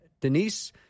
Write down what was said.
Denise